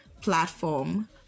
Platform